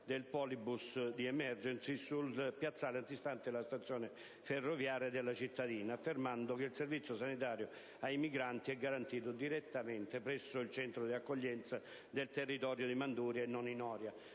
del PoliBus di Emergency sul piazzale antistante la stazione ferroviaria della cittadina, affermando che il servizio sanitario ai migranti è garantito direttamente presso il centro di accoglienza del territorio di Manduria e non in Oria.